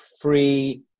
free